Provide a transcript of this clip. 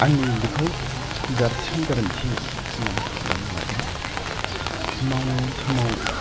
आंनि बेखौ देरसिन गोरोन्थि होननानै साननानै लागोन मावनाय समाव